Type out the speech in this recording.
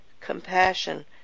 compassion